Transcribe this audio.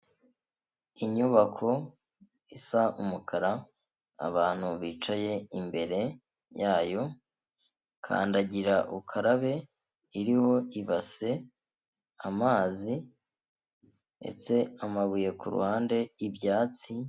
Inyubako isa umukara abantu bicaye imbere yayo kandagira ukarabe iriho ibase amazi ndetse amabuye kuruhande ibyatsi.